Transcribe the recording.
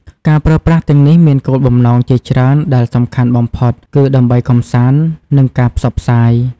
ការប្រើប្រាស់ទាំងនេះមានគោលបំណងជាច្រើនដែលសំខាន់បំផុតគឺដើម្បីកម្សាន្ត និងការផ្សព្វផ្សាយ។